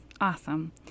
awesome